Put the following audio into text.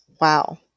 Wow